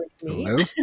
Hello